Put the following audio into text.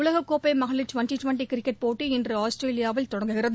உலக கோப்பை மகளிர் டுவெள்டி டுவெள்டி கிரிக்கெட் போட்டி இன்று ஆஸ்திரேலியாவில் தொடங்குகிறது